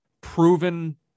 proven